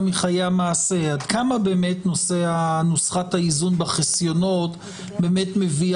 מחיי המעשה עד כמה נושא נוסחת האיזון בחסיונות באמת מביא